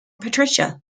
patricia